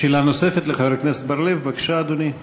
שאלה נוספת לחבר הכנסת בר-לב, בבקשה, אדוני.